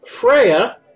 Freya